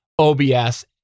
OBS